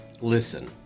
Listen